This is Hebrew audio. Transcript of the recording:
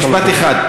משפט אחד.